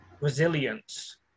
resilience